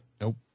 Nope